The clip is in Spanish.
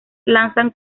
lanzan